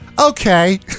okay